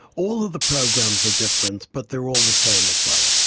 all of the programs are different, but they are all the same as well.